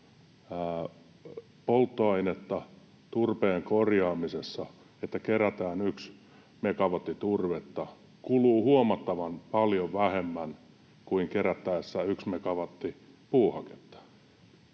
selväksi, että turpeen korjaamisessa, kun kerätään yksi megawatti turvetta, polttoainetta kuluu huomattavan paljon vähemmän kuin kerättäessä yksi megawatti puuhaketta.